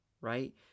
right